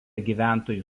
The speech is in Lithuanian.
gyventojų